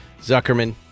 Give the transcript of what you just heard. Zuckerman